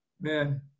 man